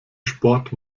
sport